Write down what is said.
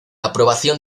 aprobación